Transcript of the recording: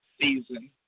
season